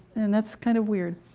and that's kind of weird.